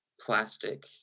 plastic